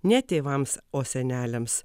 ne tėvams o seneliams